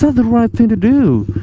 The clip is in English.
the right thing to do